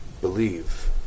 believe